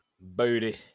Booty